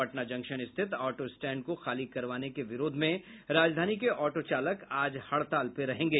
Patna junction स्थित auto stand को खाली करवाने के विरोध में राजधानी के ऑटो चालक आज हड़ताल पर रहेंगे